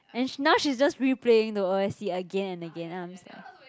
and she now she just replaying the O_S_T again and again and I'm just like